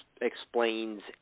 explains